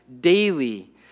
daily